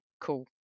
cool